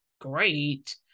great